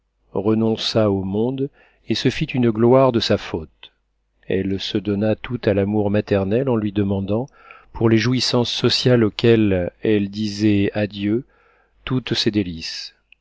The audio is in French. renonça au monde et se fit une gloire de sa faute elle se donna toute à l'amour maternel en lui demandant pour les jouissances sociales auxquelles elle disait adieu toutes ses délices